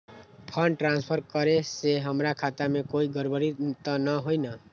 Fund transfer करे से हमर खाता में कोई गड़बड़ी त न होई न?